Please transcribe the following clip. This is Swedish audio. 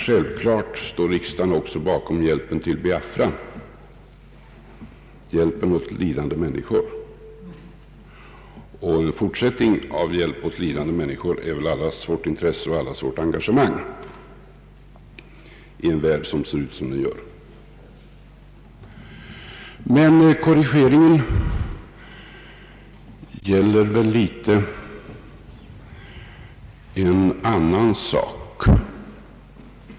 Självklart står riksdagen också bakom hjälpen till Biafras lidande människor. En fortsatt hjälp till lidande människor är väl i överensstämmelse med allas vårt engagemang i en värld som ser ut som den gör. Det är emellertid främst en annan sak som korrigeringen nu gäller.